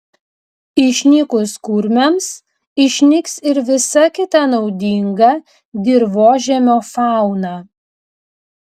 išnykus kurmiams išnyks ir visa kita naudinga dirvožemio fauna